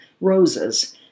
Roses